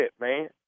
man